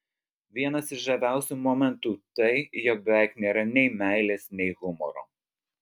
vienas iš žaviausių momentų tai jog beveik nėra nei meilės nei humoro